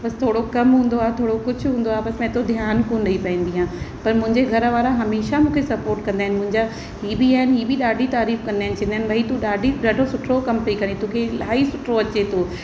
बसि थोरो कम हूंदो आहे थोरो कुझु हूंदो आहे बसि मां एतिरो ध्यानु कोन्ह ॾई पाईंदी आहियां पर मुंहिंजे घर वारा हमेशह मूंखे सपोर्ट कंदा आहिनि मुंहिंजा हीअ बि आहिनि हीअ बि ॾाढी तारीफ़ कंदा आहिनि चवंदा आहिनि भई तू ॾाढी ॾाढो सुठो कम पई करी तोखे इलाही सुठो अचे थो